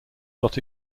got